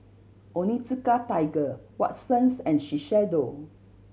Onitsuka Tiger Watsons and Shiseido